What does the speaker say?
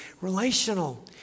relational